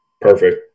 perfect